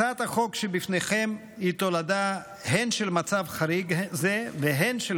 הצעת החוק שבפניכם היא תולדה הן של מצב חריג זה והן של